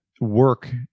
work